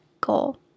goal